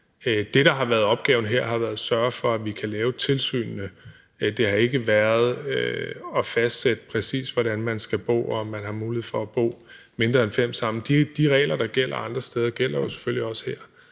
Det, der har været opgaven her, har været at sørge for, at vi kan lave tilsynene. Det har ikke været at fastsætte, præcis hvordan man skal bo, og om man har mulighed for at bo mindre end fem sammen. De regler, der gælder andre steder, gælder jo selvfølgelig også her.